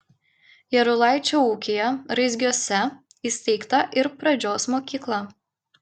jarulaičio ūkyje raizgiuose įsteigta ir pradžios mokykla